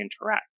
interact